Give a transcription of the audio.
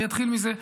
אני אתחיל מזה.